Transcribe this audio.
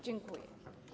Dziękuję.